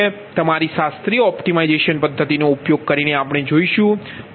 તમારી શાસ્ત્રીય ઓપ્ટિમાઇઝેશન પદ્ધતિનો ઉપયોગ કરીને આપણે જોશું